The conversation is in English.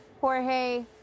Jorge